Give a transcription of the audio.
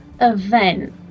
event